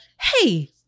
Hey